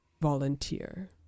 volunteer